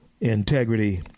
integrity